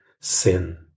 sin